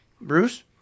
Bruce